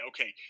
Okay